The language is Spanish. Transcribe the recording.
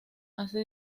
hace